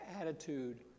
attitude